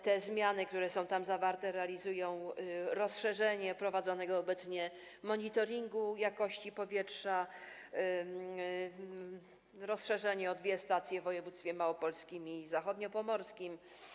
Te zmiany, które są tam zawarte, realizują rozszerzenie prowadzonego obecnie monitoringu jakości powietrza o dwie stacje w województwach małopolskim i zachodniopomorskim.